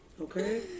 Okay